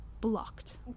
blocked